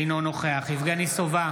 אינו נוכח יבגני סובה,